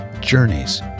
journeys